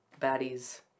baddies